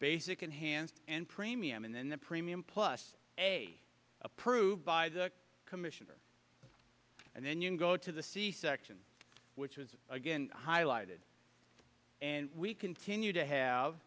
basic enhanced and premium and then the premium plus approved by the commissioner and then you go to the c section which is again highlighted and we continue to have